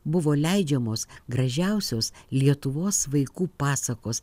buvo leidžiamos gražiausios lietuvos vaikų pasakos